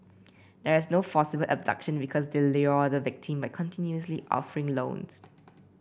there is no forcible abduction because they lure the victim by continuously offering loans